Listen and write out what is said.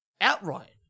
outright